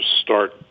start